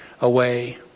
away